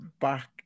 back